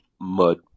mud